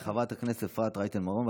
תודה רבה לחברת הכנסת אפרת רייטן מרום.